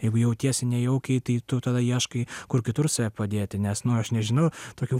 jeigu jautiesi nejaukiai tai tu tada ieškai kur kitur save padėti nes nu aš nežinau tokių